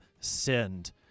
sinned